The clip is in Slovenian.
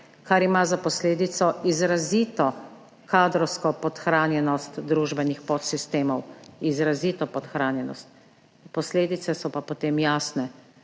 kar ima za posledico izrazito kadrovsko podhranjenost družbenih podsistemov, izrazito podhranjenost, posledice so pa potem jasne.